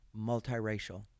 multiracial